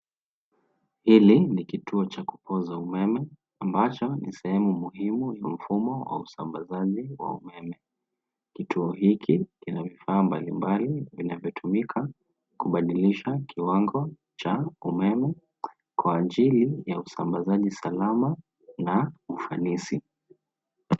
Hili ni kituo cha kupoza umeme ambacho ni sehemu muhimu wa mfumo wa usambazaji wa umeme. Kituo hiki kina vifaa mbalimbali vinavyotumika kubadilisha kiwango cha umeme kwa ajili ya usambazaji salama na ufanisi.